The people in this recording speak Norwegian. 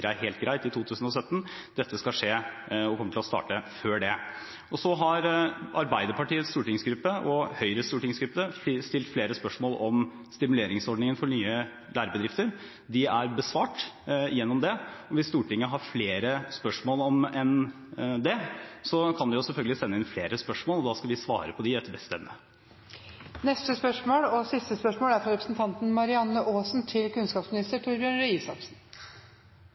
helt greit, i 2017. Dette skal skje, og det kommer til å starte før det. Så har Arbeiderpartiets stortingsgruppe og Høyres stortingsgruppe stilt flere spørsmål om stimuleringsordningen for nye lærebedrifter. De er besvart. Hvis Stortinget har flere spørsmål om det, kan de selvfølgelig sende inn flere spørsmål, og da skal vi svare på dem etter beste